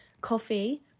coffee